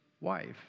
wife